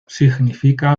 significa